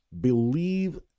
believe